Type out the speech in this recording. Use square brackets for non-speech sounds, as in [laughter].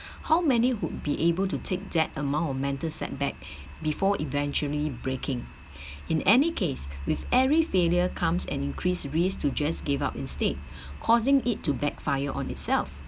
how many would be able to take that amount of mental setback before eventually breaking [breath] in any case with every failure comes and increased risks to just gave up instead causing it to backfire on itself